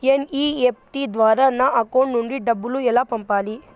NEFT ద్వారా నా account నుండి డబ్బులు ఎలా పంపాలి